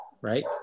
right